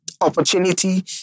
opportunity